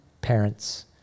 parents